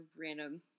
random